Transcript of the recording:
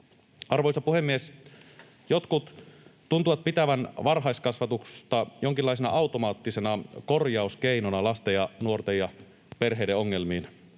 Arvoisa puhemies! Jotkut tuntuvat pitävän varhaiskasvatusta jonkinlaisena automaattisena korjauskeinona lasten ja nuorten ja perheiden ongelmiin.